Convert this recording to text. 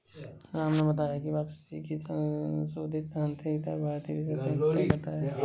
राम ने बताया की वापसी की संशोधित आंतरिक दर भारतीय रिजर्व बैंक तय करता है